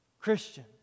Christian